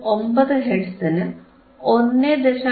9 ഹെർട്സിനു 1